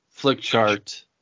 Flickchart